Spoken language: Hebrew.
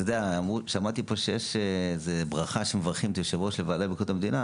שמעתי שיש ברכה שמברכים את יושב-ראש הוועדה לביקורת המדינה,